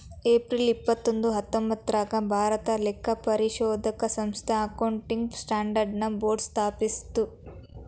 April ಇಪ್ಪತ್ತೊಂದು ಹತ್ತೊಂಭತ್ತ್ನೂರಾಗ್ ಭಾರತಾ ಲೆಕ್ಕಪರಿಶೋಧಕ ಸಂಸ್ಥಾ ಅಕೌಂಟಿಂಗ್ ಸ್ಟ್ಯಾಂಡರ್ಡ್ ನ ಬೋರ್ಡ್ ಸ್ಥಾಪಿಸ್ತು